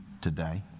today